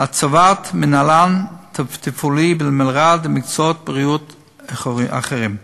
הצבת מינהלן תפעולי במלר"ד ובעלי מקצועות בריאות אחרים.